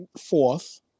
fourth